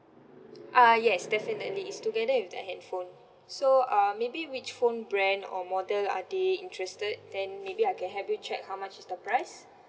ah yes definitely it's together with the handphone so um maybe which phone brand or model are they interested then maybe I can help you check how much is the price